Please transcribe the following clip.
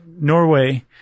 Norway